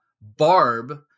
barb